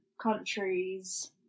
countries